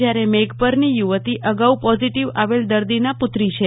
જયારે મેઘપરની યુવતી અગાઉ પોઝીટીવ આવેલ દર્દીના પુત્રી છે